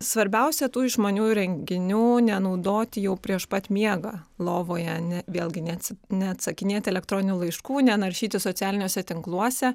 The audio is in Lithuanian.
svarbiausia tų išmaniųjų įrenginių nenaudoti jau prieš pat miegą lovojeane vėlgi neatsakinėt elektroninių laiškų nenaršyti socialiniuose tinkluose